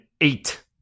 eight